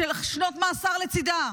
ששנות מאסר לצידה.